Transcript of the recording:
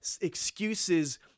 Excuses